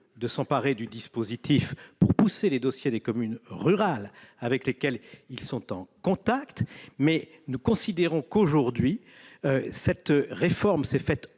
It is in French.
de s'emparer du dispositif pour pousser les dossiers des communes rurales avec lesquelles ils sont en contact. Nous considérons que la réforme s'est faite